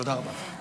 תודה רבה.